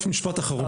עראף, משפט אחרון.